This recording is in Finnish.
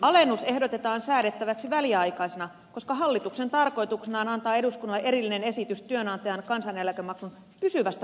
alennus ehdotetaan säädettäväksi väliaikaisena koska hallituksen tarkoituksena on antaa eduskunnalle erillinen esitys työnantajan kansaneläkemaksun pysyvästä poistamisesta